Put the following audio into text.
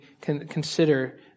consider